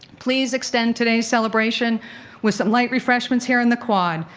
please extend today's celebration with some light refreshments here on the quad.